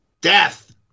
death